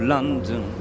London